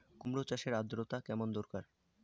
কুমড়ো চাষের আর্দ্রতা কেমন দরকার?